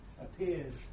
appears